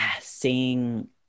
seeing